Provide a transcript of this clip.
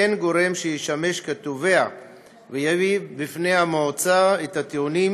אין גורם שישמש כתובע ויביא בפני המועצה את הטיעונים